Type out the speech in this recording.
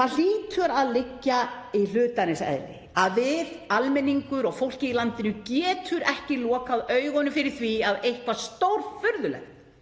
Það hlýtur að liggja í hlutarins eðli að við, almenningur og fólkið í landinu getur ekki lokað augunum fyrir því að eitthvað stórfurðulegt